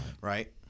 right